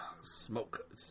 Smoke